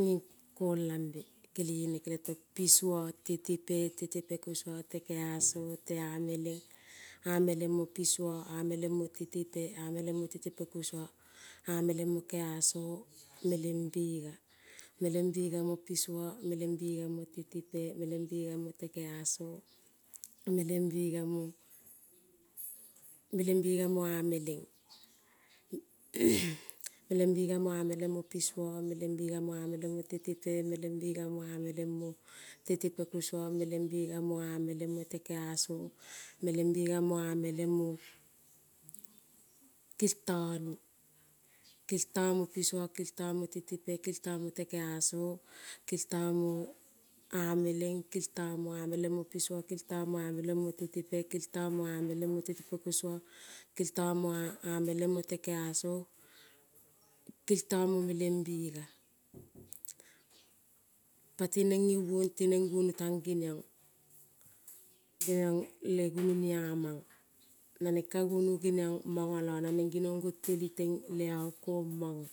nging kolambe keleng e tong pisuo, tetepe, tetepe koso, tekeaso, teameleng, ameleng mopuso ameleng mo tetepe, ameleng mo tetepe koso. ameleng mo keaso, melengbega, melengbega mo piso, melengbega mo tetepe, melengbega mote keaso, melengbega mo eameleng meleng bega moameleng mo piso, meleng bega moameleng mo tetepe, meleng bega moameleng mo tetepe koso, meleng bega moameleng mo keaso, meleng bega meleng mo kiltone. Kiltomo piso, kiltomo tetepe, kiltomo te keaso, kiltomo omeleng kilto mo ameleng mo piso, kilto moameleng mo tetepe kilto moameleng mo tetepe kosuo. kilto mo ea ameleng mute keaso kilto mo meleng bega. Patineng ngeuong tineng guono tang ngeniongea, geniong le gunonies naneng ka guono geniong, mongo lo naneng ginong gong teli teng le ong kong mongo.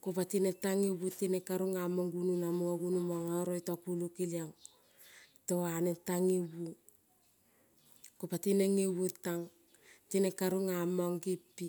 ko patineng tang nge ong tineng ka ningamong guono namo oro nango ioto kuole keliong toaneng, tang nge uong ko patineng nge uong tang tineng ka rungamong nge mpi.